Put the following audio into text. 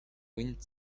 wind